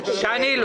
שרק אחרי